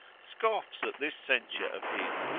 scoffs at this censure of his,